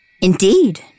Indeed